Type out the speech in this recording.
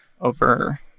over